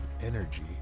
energy